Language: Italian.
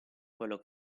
quello